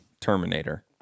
Terminator